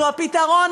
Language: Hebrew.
אנחנו הפתרון,